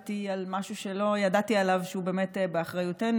למדתי על משהו שלא ידעתי שהוא באמת באחריותנו.